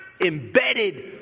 embedded